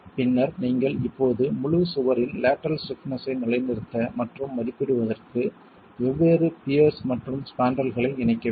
பின்னர் நீங்கள் இப்போது முழு சுவரின் லேட்டரல் ஸ்டிப்னஸ் ஐ நிலைநிறுத்த மற்றும் மதிப்பிடுவதற்கு வெவ்வேறு பியர்ஸ் மற்றும் ஸ்பாண்ட்ரல்களை இணைக்க வேண்டும்